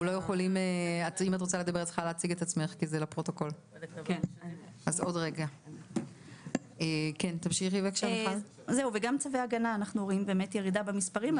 8. גם צווי הגנה אנחנו רואים ירידה במספרים.